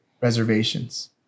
reservations